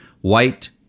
White